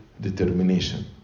determination